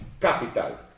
capital